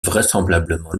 vraisemblablement